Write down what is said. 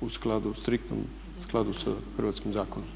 u skladu striktno s hrvatskim zakonom.